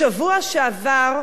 בשבוע שעבר,